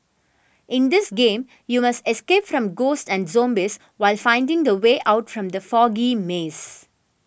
in this game you must escape from ghosts and zombies while finding the way out from the foggy maze